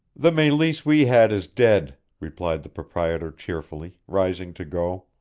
the meleese we had is dead, replied the proprietor cheerfully, rising to go.